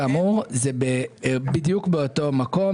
כאמור, זה בדיוק באותו מקום.